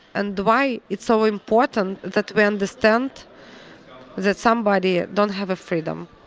and why it's so important that we understand that somebody don't have freedom,